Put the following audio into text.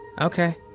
Okay